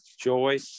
joy